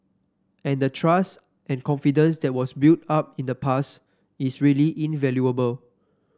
and the trust and confidence that was built up in the past is really invaluable